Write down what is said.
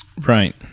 Right